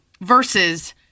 Versus